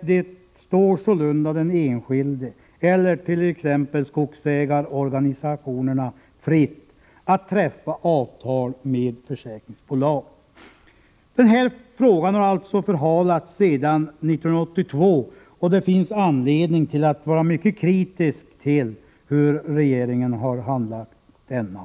”Det står sålunda den enskilde eller t.ex. skogsägarorganisationerna fritt att träffa avtal med försäkringsbolag.” Den här frågan har alltså förhalats sedan 1982, och det finns anledning att vara mycket kritisk till hur regeringen har handlagt den.